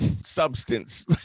substance